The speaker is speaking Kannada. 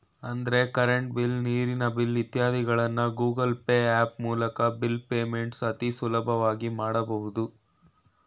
ಅಂದ್ರೆ ಕರೆಂಟ್ ಬಿಲ್, ನೀರಿನ ಬಿಲ್ ಇತ್ಯಾದಿಗಳನ್ನ ಗೂಗಲ್ ಪೇ ಹ್ಯಾಪ್ ಮೂಲ್ಕ ಬಿಲ್ ಪೇಮೆಂಟ್ಸ್ ಅತಿ ಸುಲಭವಾಗಿ ಮಾಡಬಹುದು